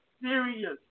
Serious